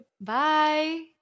Bye